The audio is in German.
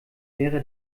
wäre